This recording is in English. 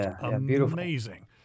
amazing